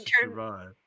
survive